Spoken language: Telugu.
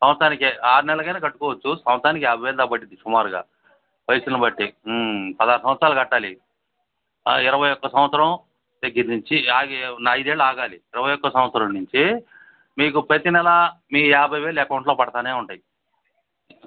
సంవత్సరానికే ఆరు నెల్లకైనా కట్టుకోవచ్చు సంవత్సరానికి యాభై వేలు దాక పడుతుంది సుమారుగా వయసును బట్టి పదహారు సంవత్సరాలు కట్టాలి ఇరవై ఒక్క సంవత్సరం దగ్గర నుంచి ఆగి ఐదేళ్ళు ఆగాలి ఇరవై ఒకటవ సంవత్సరం నుంచి మీకు ప్రతి నెలా మీ యాభై వేలు అకౌంట్లో పడతూనే ఉంటాయి